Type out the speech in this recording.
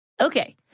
Okay